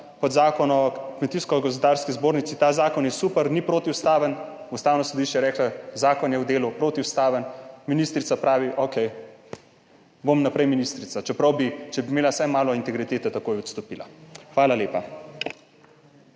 Zakon o Kmetijsko gozdarski zbornici Slovenije: »Ta zakon je super, ni protiustaven.« Ustavno sodišče je reklo, zakon je v delu protiustaven. Ministrica pravi, okej, bom še naprej ministrica, čeprav bi, če bi imela vsaj malo integritete, takoj odstopila. Hvala lepa.